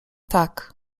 tak